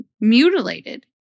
mutilated